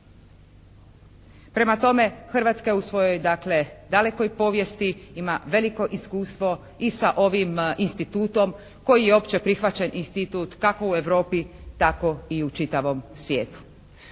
Prema tome, Hrvatska je u svojoj dakle dalekoj povijesti ima veliko iskustvo i sa ovim institutom koji je opće prihvaćen institut kako i u Europi tako i u čitavom svijetu.